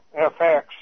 FX